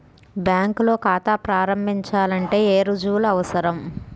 బ్యాంకులో ఖాతా ప్రారంభించాలంటే ఏ రుజువులు అవసరం?